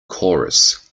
chorus